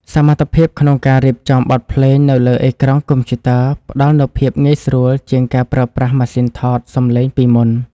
សមត្ថភាពក្នុងការរៀបចំបទភ្លេងនៅលើអេក្រង់កុំព្យូទ័រផ្ដល់នូវភាពងាយស្រួលជាងការប្រើប្រាស់ម៉ាស៊ីនថតសំឡេងពីមុន។